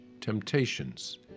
temptations